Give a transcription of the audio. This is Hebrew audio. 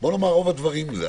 בואי נאמר שרוב הדברים הם אלה.